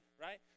right